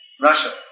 Russia